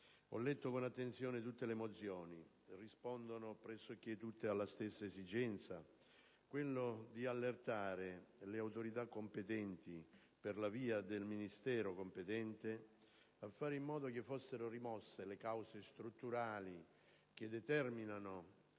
Ho letto con attenzione tutte le mozioni presentate: rispondono pressoché tutte alla medesima esigenza, cioè quella di allertare le autorità competenti, per la via del Ministero competente, a fare in modo che vengano rimosse le cause strutturali che determinano